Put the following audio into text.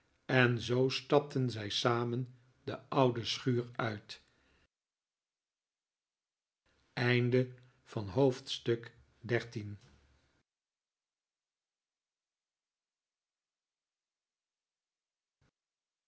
en zoo stapten zij samen de oude schuur uit